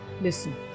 listen